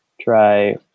try